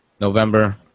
November